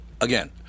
again